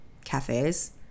cafes